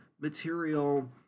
material